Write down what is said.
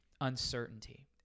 uncertainty